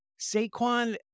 Saquon